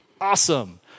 Awesome